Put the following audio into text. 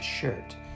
shirt